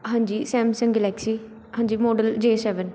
ਹਾਂਜੀ Samsung Galaxy ਹਾਂਜੀ model J seven